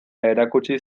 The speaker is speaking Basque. erakutsi